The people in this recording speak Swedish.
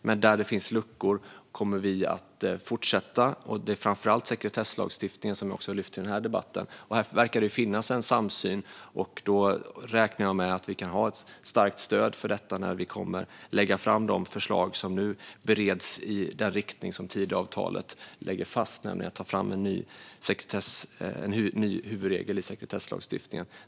Vi kommer också att ta itu med de luckor som finns. Det gäller framför allt sekretesslagstiftningen, och här verkar det finnas en samsyn. Jag räknar därför med ett starkt stöd när vi lägger fram de förslag som nu bereds i Tidöavtalets riktning: att ta fram en ny huvudregel i sekretesslagstiftningen.